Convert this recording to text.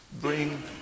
bring